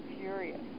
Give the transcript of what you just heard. furious